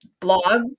blogs